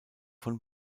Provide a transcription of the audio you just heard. von